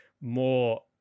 more